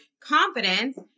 confidence